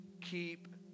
keep